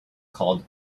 called